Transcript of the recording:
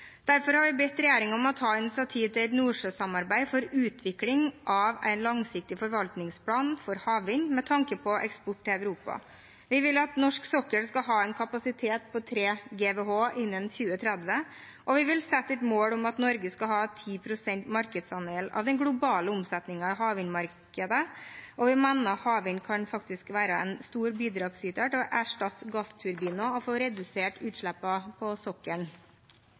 Derfor har vi bedt regjeringen om å ta initiativ til et Nordsjø-samarbeid for utvikling av en langsiktig forvaltningsplan for havvind med tanke på eksport til Europa. Vi vil at norsk sokkel skal ha en kapasitet på 3 GWh innen 2030, vi vil sette et mål om at Norge skal ha 10 pst. markedsandel av den globale omsetningen i havvindmarkedet, og vi mener at havvind kan være en stor bidragsyter til å erstatte gassturbiner og få redusert utslippene på sokkelen.